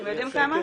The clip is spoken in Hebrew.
אתם יודעים כמה?